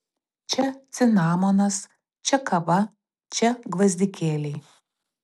čia cinamonas čia kava čia gvazdikėliai